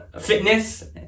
fitness